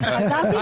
חזרתי לאופוזיציה.